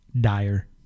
Dire